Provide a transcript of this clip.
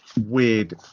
weird